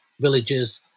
villages